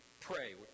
pray